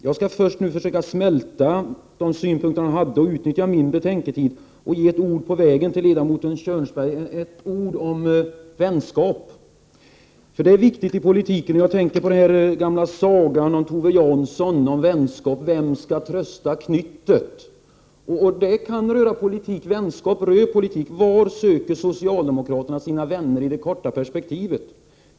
Jag skall försöka smälta de synpunkter han hade, utnyttja min betänketid och ge ett ord på vägen till ledamoten Kjörnsberg, ett ord om vänskap. Det är viktigt i politiken. Jag tänker på den gamla sagan av Tove Jansson om vänskap: Vem skall trösta Knyttet? Politiken har också med vänskap att göra. Var söker socialdemokraterna sina vänner i det korta perspektivet?